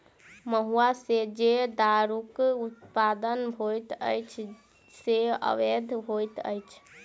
महुआ सॅ जे दारूक उत्पादन होइत अछि से अवैध होइत अछि